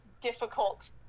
difficult